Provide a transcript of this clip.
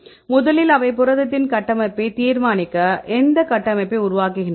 முதலில் அவை புரதத்தின் கட்டமைப்பை தீர்மானிக்க எந்த கட்டமைப்பை உருவாக்குகின்றன